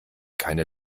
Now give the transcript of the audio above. keine